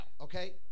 okay